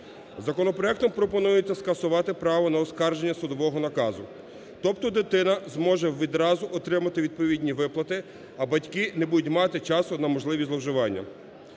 Законопроектом пропонується скасувати право на оскарження судового наказу. Тобто дитина зможе відразу отримати відповідні виплати, а батьки не будуть мати часу на можливі зловживання.